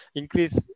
increase